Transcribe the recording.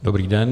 Dobrý den.